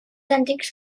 antics